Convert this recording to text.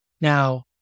Now